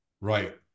Right